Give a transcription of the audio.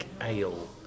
Ale